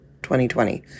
2020